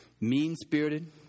mean-spirited